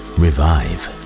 revive